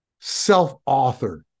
self-authored